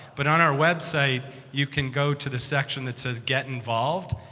but on our website, you can go to the section that says get involved,